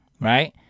right